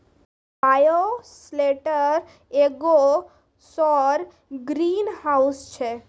bioshelter एगो सौर greenhouse छै